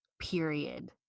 period